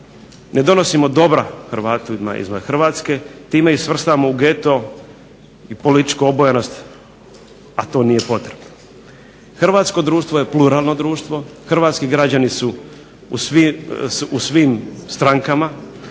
Hrvatima izvan Hrvatske, time ih svrstavamo u geto i političku obojanost, a to nije potrebno. Hrvatsko društvo je pluralno društvo, hrvatski građani su u svim strankama